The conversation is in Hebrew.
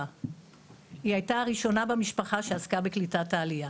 היא הייתה הראשונה במשפחה שעסקה בקליטת העלייה.